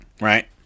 right